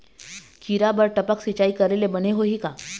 खिरा बर टपक सिचाई करे ले बने होही का?